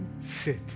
sit